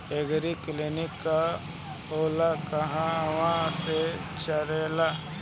एगरी clinic का होला कहवा से चलेँला?